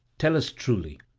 tell us truly,